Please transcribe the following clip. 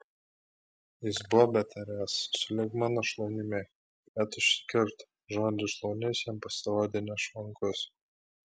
jis buvo betariąs sulig mano šlaunimi bet užsikirto žodis šlaunis jam pasirodė nešvankus